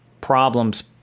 problems